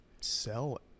sell